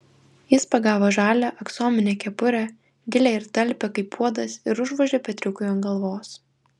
jis pagavo žalią aksominę kepurę gilią ir talpią kaip puodas ir užvožė petriukui ant galvos